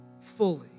fully